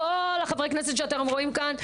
כל חברי הכנסת שאתם רואים כאן,